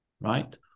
right